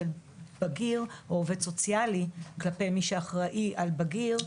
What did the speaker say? של בגיר או עובד סוציאלי כלפי מי שאחראי על בגיר.